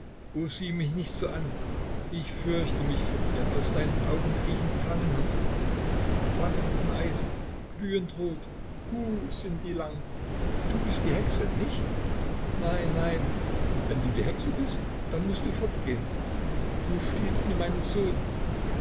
sieh mich nicht so an ich fürchte mich vor dir aus deinen augen kriechen zangen hervor zangen von eisen glühend rot hu sind die lang du bist die hexe nicht nein nein wenn du die hexe bist dann mußt du fortgehn du stiehlst mir meinen sohn